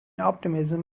optimism